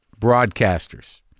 broadcasters